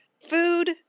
Food